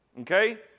Okay